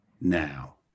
now